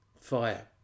fire